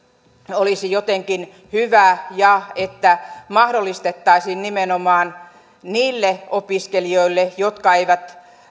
olisi jotenkin hyvä ja että mahdollistettaisiin nimenomaan niille opiskelijoille jotka eivät